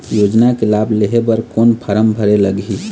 योजना के लाभ लेहे बर कोन फार्म भरे लगही?